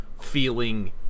feeling